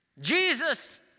Jesus